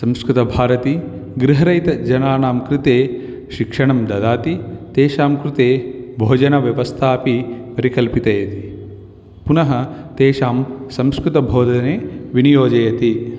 संस्कृतभारती गृहरहितजनानां कृते शिक्षणं ददाति तेषां कृते भोजनव्यवस्थामपि परिकल्पयति पुनः तेषां संस्कृतबोधने विनियोजयति